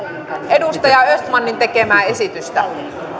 edustaja östmanin tekemää esitystä